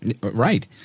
right